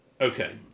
Okay